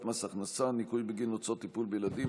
מס הכנסה (ניכוי בגין הוצאות טיפול בילדים),